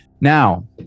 Now